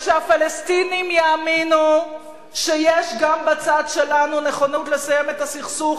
וכשהפלסטינים יאמינו שיש גם בצד שלנו נכונות לסיים את הסכסוך,